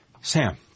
Sam